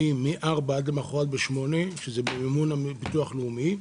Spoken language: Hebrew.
החל משעה זאת ועד למחרת ב-08:00 שזה במימון ביטוח לאומי,